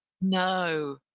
No